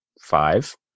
five